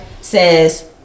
says